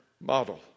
model